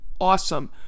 Awesome